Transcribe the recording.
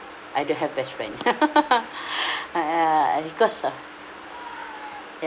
I don't have best friend ya because of